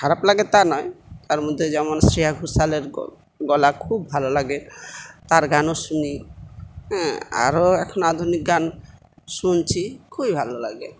খারাপ লাগে তা নয় তার মধ্যে যেমন শ্রেয়া ঘোষালের গলা খুব ভালো লাগে তার গানও শুনি আরও এখন আধুনিক গান শুনছি খুবই ভালো লাগে